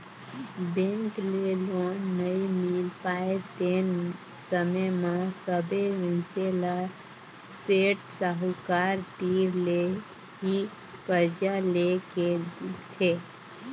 bank ले loan नइ मिल पाय तेन समे म सबे मइनसे ल सेठ साहूकार तीर ले ही करजा लेए के दिखथे